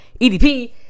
EDP